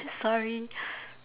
sorry